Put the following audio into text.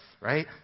right